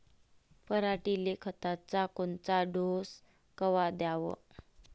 पऱ्हाटीले खताचा कोनचा डोस कवा द्याव?